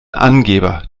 angeber